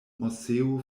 moseo